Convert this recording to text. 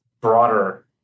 broader